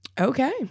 Okay